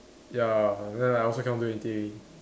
ya then I like also cannot do anything